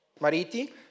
mariti